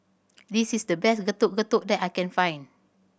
this is the best Getuk Getuk that I can find